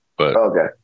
okay